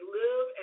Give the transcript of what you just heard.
live